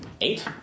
Eight